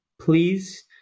please